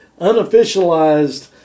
unofficialized